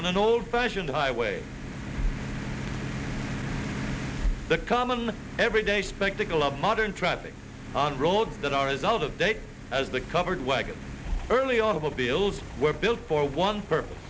on an old fashioned highway the common everyday spectacle of modern traffic on roads that are as out of date as the covered wagon early automobiles were built for one